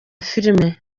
filime